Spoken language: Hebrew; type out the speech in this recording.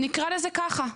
נקרא לזה ממש ככה.